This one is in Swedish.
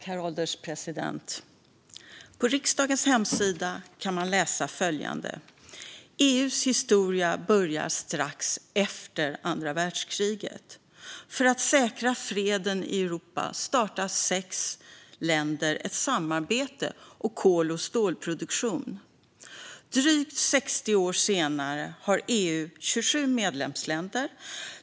Herr ålderspresident! På riksdagens hemsida kan man läsa följande: "EU:s historia börjar strax efter andra världskriget. För att säkra freden i Europa startar sex länder ett samarbete om kol och stålproduktion. Drygt 60 år senare har EU 27 medlemsländer.